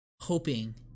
Hoping